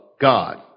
God